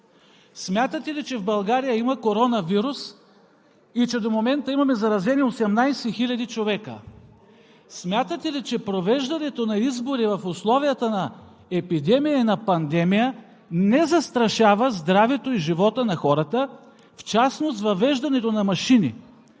Смятате ли, че в България има коронавирус и че до момента имаме заразени 18 хиляди човека? Смятате ли, че провеждането на избори в условията на епидемия и на пандемия не застрашава здравето и живота на хората, в частност въвеждането на машини?